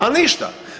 A ništa.